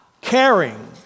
caring